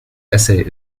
essay